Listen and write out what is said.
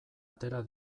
atera